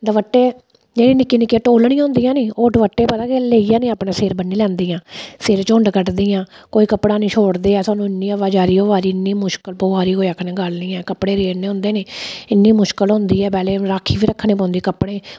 एह् निक्के निक्के टोल्लनियां होंदियां नी ओह् दपट्टे अपने सिर बन्नी लैंदियां कोई झुंड निं कंड्ढियां इन्नी आवाजाही होआ दी की इन्नी मुशकल पवा दी ऐ कोई आक्खनै दी गल्ल निं ऐ इन्नी मुशकल होंदी ऐ राकखी बी रक्खना पौंदी ऐ कपड़े दी